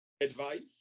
advice